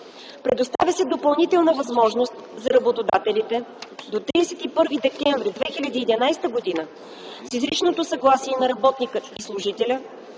Предоставя се допълнителна възможност за работодателите до 31 декември 2011 г. с изричното съгласие на работника и служителя